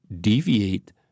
deviate